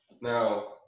Now